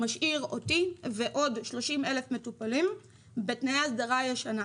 שמשאיר אותי ועוד 30 אלף מטופלים בתנאי הסדרה ישנה.